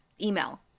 email